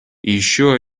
еще